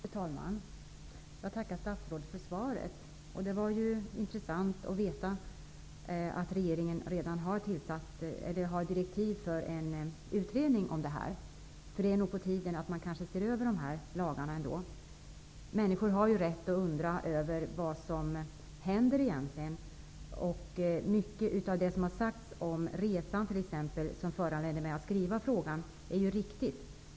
Fru talman! Jag tackar statsrådet för svaret. Det var ju intressant att veta att regeringen redan har gett direktiv till en utredning om dessa frågor. Det är på tiden att man ser över dessa lagregler. Människor har rätt att undra över vad som egentligen händer. Mycket av det som har sagts t.ex. om resan och som föranledde mig att ställa min fråga är riktigt.